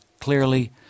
clearly